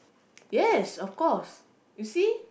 yes of course you see